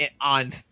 on